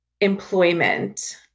employment